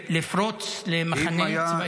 לפרוץ למחנה צבאי.